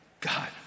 God